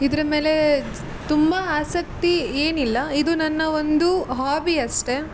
ಇದರ ಮೇಲೆ ತುಂಬ ಆಸಕ್ತಿ ಏನಿಲ್ಲ ಇದು ನನ್ನ ಒಂದು ಹಾಬಿ ಅಷ್ಟೇ